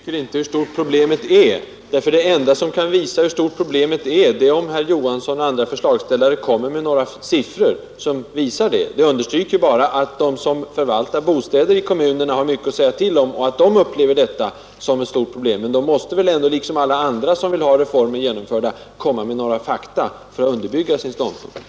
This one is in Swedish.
Herr talman! Att vi är ense på den punkten visar inte hur stort det verkliga problemet är. Det enda som kan visa hur stort problemet är, det är om herr Knut Johansson i Stockholm och andra förslagsställare kommer med några siffror. Det sagda understryker bara att de som förvaltar bostäder i kommunerna har mycket att säga till om och att de upplever detta som ett stort problem. Men de måste väl, liksom alla andra som vill ha reformer genomförda, komma med några fakta för att underbygga sin ståndpunkt.